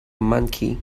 monkey